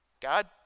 God